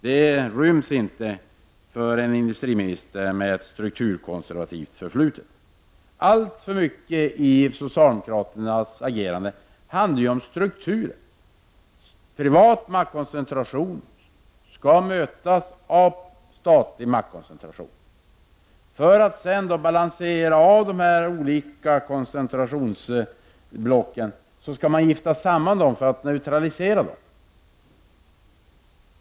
Det kan inte en industriminister med ett strukturkonservativt förflutet göra. Alltför mycket i socialdemokraternas agerande handlar om strukturen. Privat maktkoncentration skall mötas med statlig maktkoncentration, och för att sedan balansera de olika koncentrationsblocken skall man gifta samman dem för att på så sätt neutralisera dem.